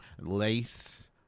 lace